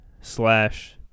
slash –